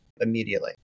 immediately